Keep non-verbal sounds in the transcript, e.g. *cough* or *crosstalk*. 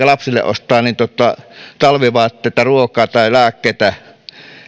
*unintelligible* lapsille ostetaan talvivaatteita ruokaa tai lääkkeitä